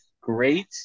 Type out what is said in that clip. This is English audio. great